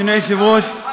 אדוני היושב-ראש,